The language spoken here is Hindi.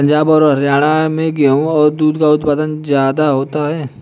पंजाब और हरयाणा में गेहू और दूध का उत्पादन ज्यादा होता है